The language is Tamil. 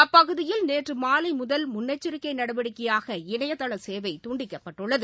அப்பகுதியில் நேற்று மாலை முதல் முன்னெச்சிக்கை நடவடிக்கையாக இணையதள சசேவை துண்டிக்கப்பட்டுள்ளது